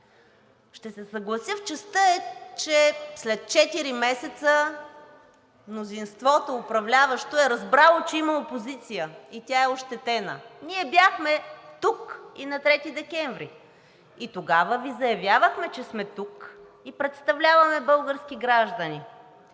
Ще се съглася в частта, че след четири месеца мнозинството, управляващо, е разбрало, че има опозиция и тя е ощетена. Ние бяхме тук и на 3 декември, и тогава Ви заявявахме, че сме тук и представляваме български граждани.